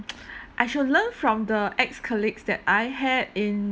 I should learn from the ex colleagues that I had in